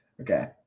Okay